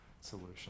solution